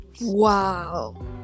wow